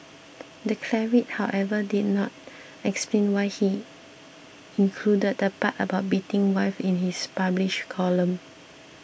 the cleric however did not explain why he included the part about beating wives in his published column